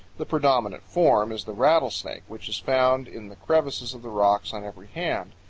the predominant form is the rattlesnake, which is found in the crevices of the rocks on every hand.